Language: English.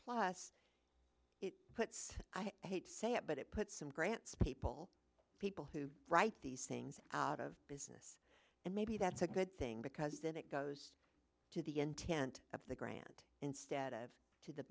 plus it puts i hate to say it but it puts some grants people people who write these things out of business and maybe that's a good thing because then it goes to the intent of the grant instead of to the